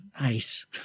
nice